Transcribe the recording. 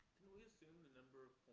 we assume the number